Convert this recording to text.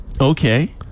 Okay